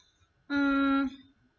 mm